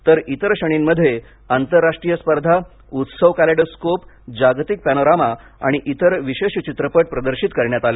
तर इतर श्रेणींमध्ये आंतरराष्ट्रीय स्पर्धा उत्सव कॅलेडोस्कोप जागतिक पॅनोरामा आणि इतर विशेष चित्रपट प्रदर्शित करण्यात आले